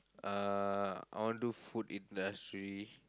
uh I want do food industry